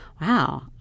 wow